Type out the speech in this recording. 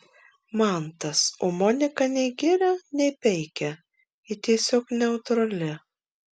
mantas o monika nei giria nei peikia ji tiesiog neutrali